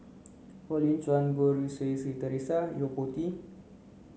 Colin Cheong Goh Rui Si Theresa and Yo Po Tee